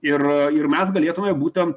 ir ir mes galėtume būtent